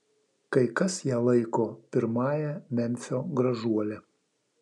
kai kas ją laiko pirmąja memfio gražuole